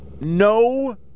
No